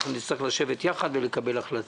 אנחנו נצטרך לשבת יחד, ולקבל החלטה.